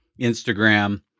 Instagram